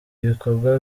ibikorwa